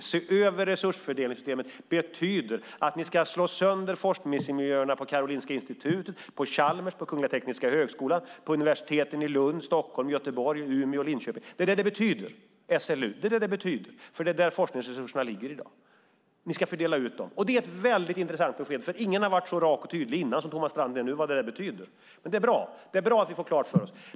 Att se över resursfördelningssystemet betyder att ni ska slå sönder forskningsmiljöerna på Karolinska Institutet, på Chalmers, på Kungl. Tekniska högskolan samt på universiteten i Lund, Stockholm, Göteborg, Umeå och Linköping. Det är vad det betyder. Det är hos SLU som forskningsresurserna i dag ligger. Dessa ska ni fördela. Det är ett väldigt intressant besked, för ingen har tidigare varit så rak och tydlig som Thomas Strand nu är om vad detta betyder. Det är bra att vi får det här klart för oss.